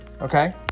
Okay